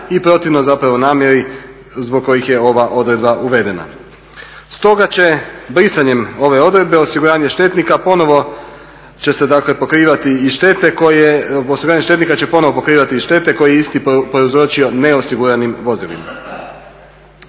i protivno zapravo namjeri zbog koji je ova odredba uvedena. Stoga će brisanjem ove odredbe osiguranje štetnika ponovno će se dakle pokrivati iz štete koje, osiguranje štetnika